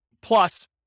plus